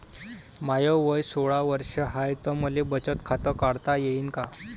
माय वय सोळा वर्ष हाय त मले बचत खात काढता येईन का?